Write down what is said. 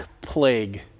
Plague